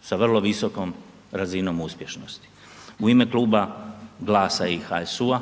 sa vrlo visokom razinom uspješnosti. U ime Kluba GLAS-a i HSU-a